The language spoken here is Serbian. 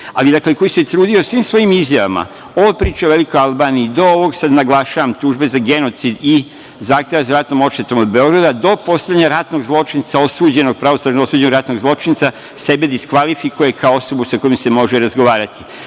KiM, ali koji se trudio svim svojim izjavama i pričama o velikoj Albaniji, do ovoga sada, naglašavam, tužbe za genocid i zahteva za ratnom odštetom od Beograda do postavljanja ratnog zločinca osuđenog, pravosnažno osuđenog ratnog zločinca, sebi diskvalifikuje osobu sa kojom se može razgovarati.